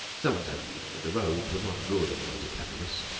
some one said that the roads were not good on the way to clackamas,